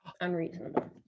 unreasonable